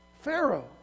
Pharaoh